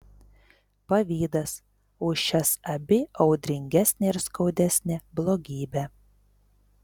pavydas už šias abi audringesnė ir skaudesnė blogybė